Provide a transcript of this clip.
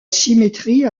symétrie